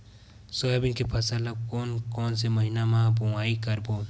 Soybean के फसल ल कोन कौन से महीना म बोआई करबो?